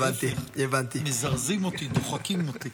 להפך, מזרזים אותי, דוחקים אותי.